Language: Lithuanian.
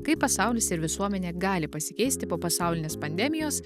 kaip pasaulis ir visuomenė gali pasikeisti po pasaulinės pandemijos